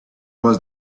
was